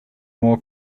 more